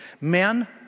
Men